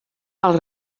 els